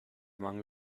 mangel